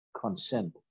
consent